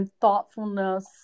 thoughtfulness